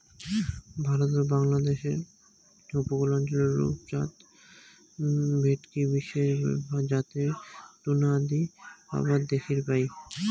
ভারত ও বাংলাদ্যাশের উপকূল অঞ্চলত রূপচাঁদ, ভেটকি বিশেষ জাতের টুনা আদি আবাদ দ্যাখির পাই